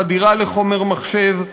חדירה לחומר מחשב,